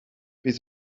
bydd